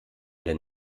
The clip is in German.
denn